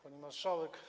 Pani Marszałek!